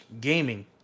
gaming